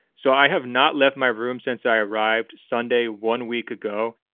so i have not left my room since i arrived. sunday, one week ago.